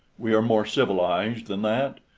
we are more civilized than that.